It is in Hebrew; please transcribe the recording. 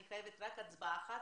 אני מבקשת מכולם סליחה,